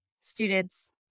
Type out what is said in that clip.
students